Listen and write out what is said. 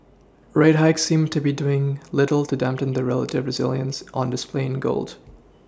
rate hikes seem to be doing little to dampen the relative resilience on display in gold